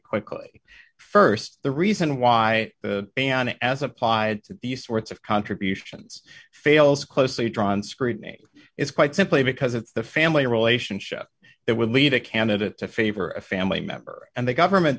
quickly st the reason why the ban as applied to these sorts of contributions fails closely drawn scrutiny is quite simply because of the family relationship that would lead a candidate to favor a family member and the government